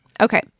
Okay